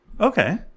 Okay